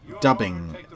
dubbing